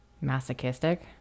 Masochistic